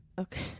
okay